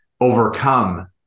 overcome